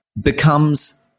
becomes